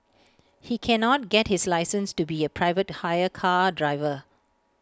he cannot get his license to be A private hire car driver